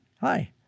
Hi